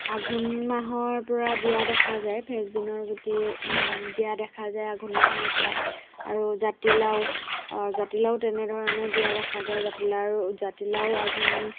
আঘোণ মাহৰ পৰা দিয়া দেখা যায় ফেচবিনৰ গুটি দিয়া দেখা যায় আঘোণ মাহৰ পৰাই আৰু জাতিলাও জাতিলাও তেনেধৰণে দিয়া দেখা যায় জাতিলাওৰ জাতিলাও আঘোণ